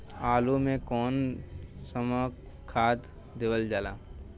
आलू मे कऊन कसमक खाद देवल जाई?